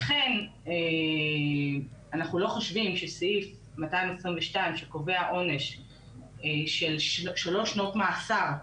לכן אנחנו לא חושבים שסעיף 222 שקובע עונש של שלוש שנות מאסר,